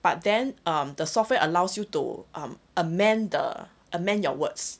but then um the software allows you to um amend the amend your words